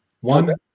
One